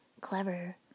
Clever